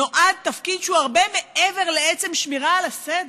נועד תפקיד שהוא הרבה מעבר לעצם שמירה על הסדר.